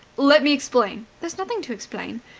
let me explain! there's nothing to explain.